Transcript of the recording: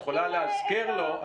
שאת יכולה לאזכר אותו,